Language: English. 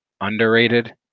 underrated